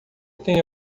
tem